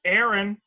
Aaron